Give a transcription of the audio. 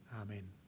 Amen